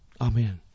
Amen